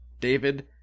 david